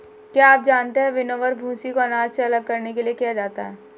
क्या आप जानते है विनोवर, भूंसी को अनाज से अलग करने के लिए किया जाता है?